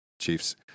Chiefs